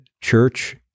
church